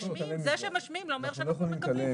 זה שהם משמיעים לא אומר שאנחנו מקבלים.